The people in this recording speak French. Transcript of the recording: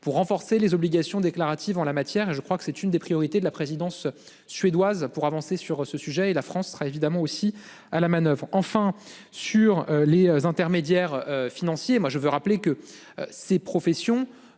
pour renforcer les obligations déclaratives en la matière et je crois que c'est une des priorités de la présidence suédoise pour avancer sur ce sujet et la France sera évidemment aussi à la manoeuvre enfin sur les intermédiaires financiers, moi je veux rappeler que ces professions